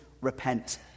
repent